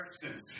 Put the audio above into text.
person